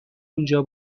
اونجا